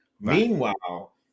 Meanwhile